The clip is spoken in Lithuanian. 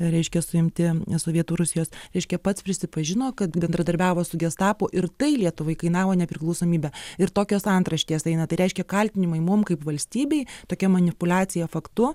reiškia suimti ne sovietų rusijos reiškia pats prisipažino kad bendradarbiavo su gestapu ir tai lietuvai kainavo nepriklausomybę ir tokios antraštės eina tai reiškia kaltinimai mum kaip valstybei tokia manipuliacija faktu